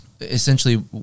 essentially